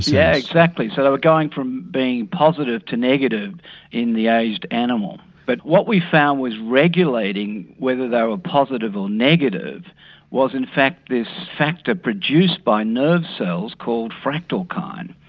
yeah exactly, so they were going from being positive to negative in the aged animal. but what we found was regulating whether they were ah positive or negative was in fact this factor produced by nerve cells called fractalkine.